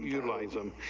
you live them,